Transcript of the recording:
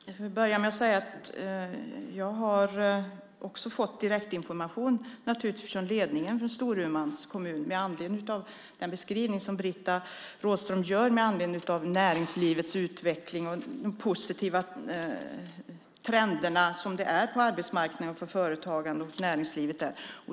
Fru talman! Jag ska börja med att säga att jag också naturligtvis har fått direktinformation från ledningen för Storumans kommun med anledning av den beskrivning som Britta Rådström gör av näringslivets utveckling, de positiva trenderna på arbetsmarknaden, för företagande och näringsliv.